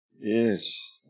Yes